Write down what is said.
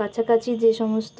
কাছাকাছি যে সমস্ত